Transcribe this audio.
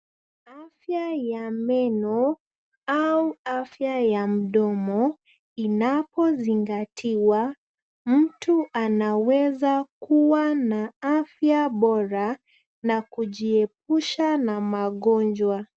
Afya ya meno au afya ya mdomo inapozingatiwa mtu anaweza kuwa na afya bora na kujiepusha na magonjwa.